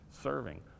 serving